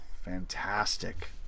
Fantastic